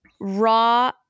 raw